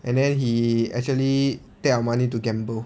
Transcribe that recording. and then he actually take our money to gamble